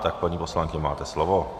Tak, paní poslankyně, máte slovo.